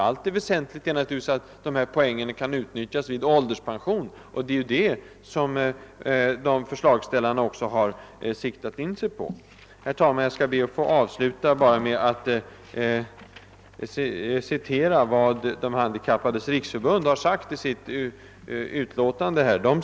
Ja, det väsentliga är att de kan utnyttjas vid ålderspension, och det är detta som förslagsställarna har siktat in sig på. Herr talman! Jag ber att få sluta med att läsa upp vad De handikappades riksförbund sagt i sitt remissyttrande.